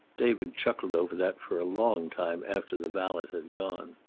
david chuckled over that for a long time after the valet had gone.